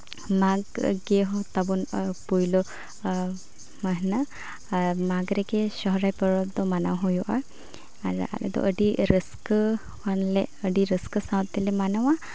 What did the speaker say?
ᱢᱟᱜᱽ ᱜᱮ ᱛᱟᱵᱚᱱ ᱯᱳᱭᱞᱳ ᱢᱟᱹᱦᱱᱟᱹ ᱟᱨ ᱢᱟᱜᱽ ᱨᱮᱜᱮ ᱥᱚᱦᱚᱨᱟᱭ ᱯᱚᱨᱚᱵᱽ ᱫᱚ ᱢᱟᱱᱟᱣ ᱦᱩᱭᱩᱜᱼᱟ ᱟᱨ ᱟᱞᱮᱫᱚ ᱟᱹᱰᱤ ᱨᱟᱹᱥᱠᱟᱹ ᱟᱹᱰᱤ ᱨᱟᱹᱥᱠᱟᱹ ᱥᱟᱶ ᱛᱮᱞᱮ ᱢᱟᱱᱟᱣᱟ